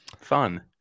fun